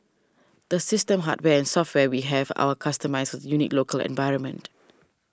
the system hardware and software we have our customised for the unique local environment